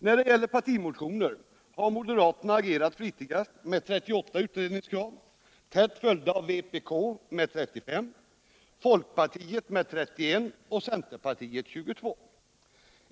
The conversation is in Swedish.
När det gäller partimotioner har moderaterna agerat flitigast med 38 utredningskrav, tätt följda av vpk med 35, folkpartiet med 31 och centerpartiet med 22.